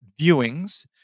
viewings